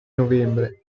novembre